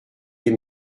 lès